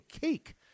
cake